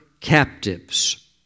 captives